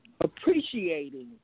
appreciating